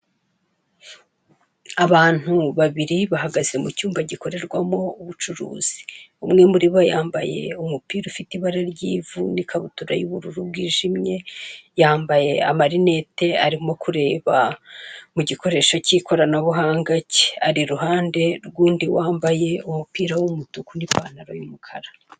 Abantu babiri bahagaze mu cyumba gikorerwamo ubucuruzi, umwe muri bo yambaye umupira ufite ibara ry'ivu n'ikanbutura y'ubururu bwijimye yambaye amarinete arimo kureba mu gikoresho k'ikoranabuhanga cye, ari iruhande rw'undi wambaye umupira w'umutuku n'ipantaro y'umukara.